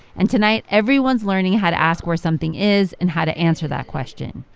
and tonight, everyone's learning how to ask where something is and how to answer that question.